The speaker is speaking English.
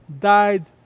died